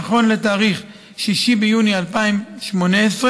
נכון לתאריך 6 ביוני 2018,